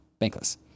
bankless